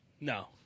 No